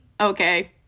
Okay